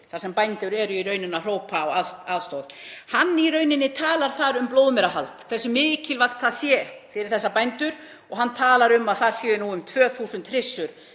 þar sem bændur eru í rauninni að hrópa á aðstoð. Hann talar þar um blóðmerahald, hversu mikilvægt það sé fyrir þessa bændur og hann talar um að það séu nú um 2.000 hryssur